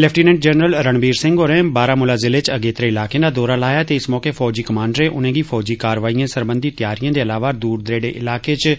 lieutenant general Ranbir Singh होरें बारामूला जिले च अगेत्रे इलाकें दा दौरा लाया ते इस मौके फौजी कमांडरें उनें'गी फौजी कार्रवाईएं सरबंधी तैयारिए दे अलावा दूर दरेडे इलाके च